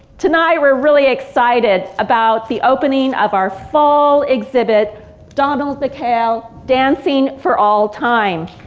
tonight we're really excited about the opening of our fall exhibit donald mckayle, dancing for all time.